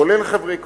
כולל חברי קואליציה,